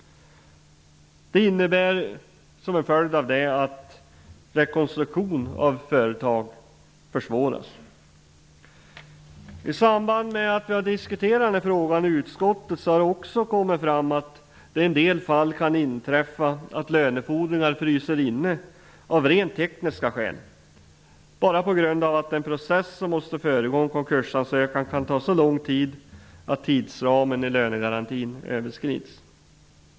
En följd av det blir att rekonstruktion av företag försvåras. I samband med att vi har diskuterat den här frågan i utskottet har det också kommit fram att det i en del fall kan inträffa att lönefordringar fryser inne av rent tekniska skäl, bara på grund av att den process som måste föregå en konkursansökan kan ta så lång tid att tidsramen i lönegarantin överskrids.